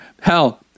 Hell